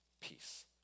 peace